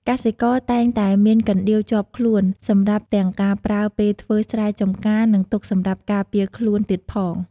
កសិករតែងតែមានកណ្ដៀវជាប់ខ្លួន សម្រាប់ទាំងការប្រើពេលធ្វើស្រែចម្ការ និងទុកសម្រាប់ការពារខ្លួនទៀតផង។